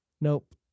Nope